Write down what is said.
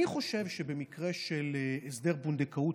אני חושב שבמקרה של הסדר פונדקאות,